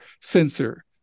sensor